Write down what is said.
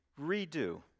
redo